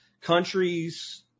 Countries